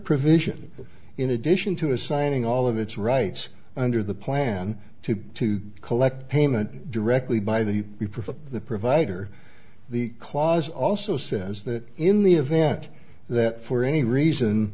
provision in addition to assigning all of its rights under the plan to to collect payment directly by the we provide the provider the clause also says that in the event that for any reason